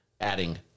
adding